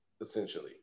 essentially